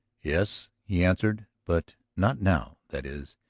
yes, he answered. but not now. that is,